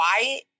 quiet